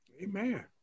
Amen